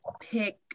pick